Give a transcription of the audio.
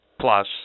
plus